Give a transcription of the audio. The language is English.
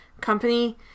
company